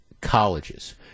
colleges